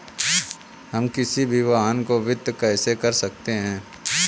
हम किसी भी वाहन को वित्त कैसे कर सकते हैं?